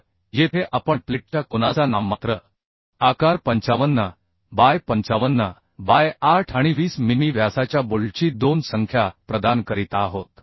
तर येथे आपण प्लेटच्या कोनाचा नाममात्र आकार 55 बाय 55 बाय 8 आणि 20 मिमी व्यासाच्या बोल्टची दोन संख्या प्रदान करीत आहोत